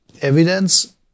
evidence